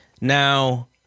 Now